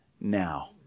now